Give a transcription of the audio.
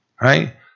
Right